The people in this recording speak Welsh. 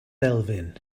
elfyn